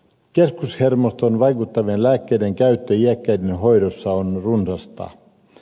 keskushermostoon vaikuttavien lääkkeiden käyttö iäkkäiden hoidossa on runsasta